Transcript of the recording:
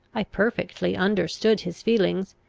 i perfectly understood his feelings,